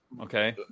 okay